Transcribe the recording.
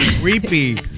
creepy